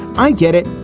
i get it.